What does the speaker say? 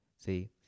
See